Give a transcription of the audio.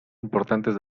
importantes